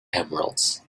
emeralds